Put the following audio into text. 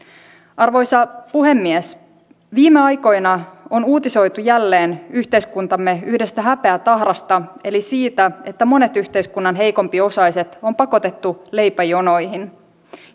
arvoisa puhemies viime aikoina on uutisoitu jälleen yhteiskuntamme yhdestä häpeätahrasta eli siitä että monet yhteiskunnan heikompiosaiset on pakotettu leipäjonoihin